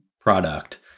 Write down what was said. product